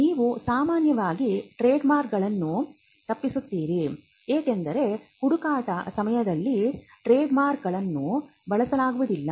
ನೀವು ಸಾಮಾನ್ಯವಾಗಿ trademark ಗಳನ್ನು ತಪ್ಪಿಸುತ್ತೀರಿ ಏಕೆಂದರೆ ಹುಡುಕಾಟದ ಸಮಯದಲ್ಲಿ ಟ್ರೇಡ್ ಮಾರ್ಕ್ ಗಳನ್ನು ಬಳಸಲಾಗುವುದಿಲ್ಲ